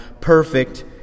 perfect